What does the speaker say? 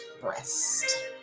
breast